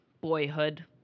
Boyhood